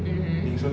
mmhmm